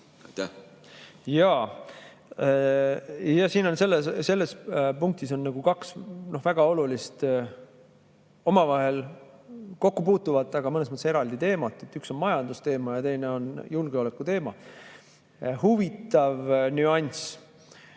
on kõrge? Selles punktis on kaks väga olulist, omavahel kokkupuutuvat, aga mõnes mõttes eraldi teemat. Üks on majandusteema ja teine on julgeolekuteema. Huvitav nüanss: